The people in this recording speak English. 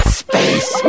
space